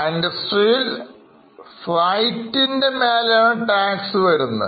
ആ ഇൻഡസ്ട്രിയിൽFreight മേലെയാണ് ടാക്സ് വരുന്നത്